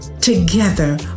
Together